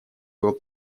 был